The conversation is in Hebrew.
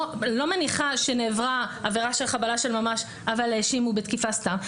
לא מניחה שנעברה עבירה של חבלה של ממש אבל האשימו בתקיפה סתם.